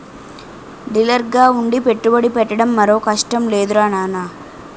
డీలర్గా ఉండి పెట్టుబడి పెట్టడం మరో కష్టం లేదురా నాన్నా